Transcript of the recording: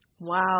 Wow